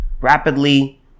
rapidly